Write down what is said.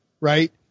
right